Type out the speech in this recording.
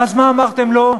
ואז, מה אמרתם לו?